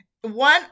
one